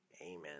Amen